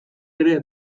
ere